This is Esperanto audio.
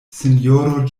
sinjoro